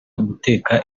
guteka